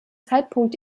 zeitpunkt